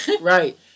right